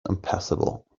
impassable